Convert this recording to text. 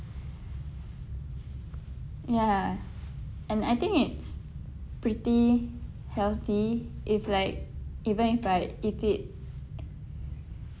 ya and I think it's pretty healthy if like even if I eat it